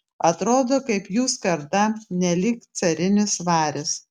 atrodo kaip jų skarda nelyg carinis varis